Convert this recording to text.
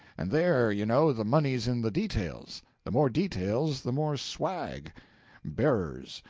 and there, you know, the money's in the details the more details, the more swag bearers,